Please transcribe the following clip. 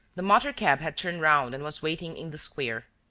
the motor-cab had turned round and was waiting in the square.